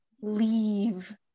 leave